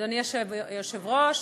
אדוני היושב-ראש,